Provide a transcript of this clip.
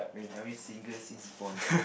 I always single since born